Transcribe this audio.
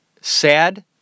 Sad